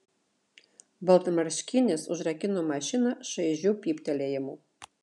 baltmarškinis užrakino mašiną šaižiu pyptelėjimu